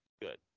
good